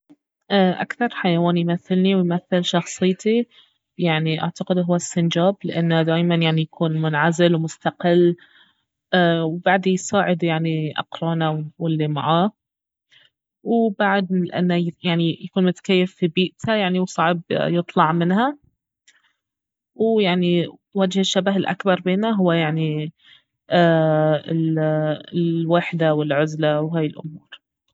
اكثر حيوان يمثلتي ويمثل شخصيتي يعني اعتقد اهو السنجاب لانه دايما يعني يكون منعزل ومستقل وبعد يساعد يعني اقرانه والي معاه وبعد لانه يعني يكون متكيف في بيئته وصعب يطلع منها ويعني وجه الشبه الأكبر بينا اهو يعني ال- الوحدة والعزلة وهاي الامور